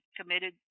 committed